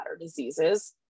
diseases